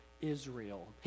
Israel